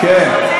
כן.